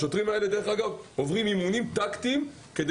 השוטרים האלה עוברים אימונים טקטיים כדי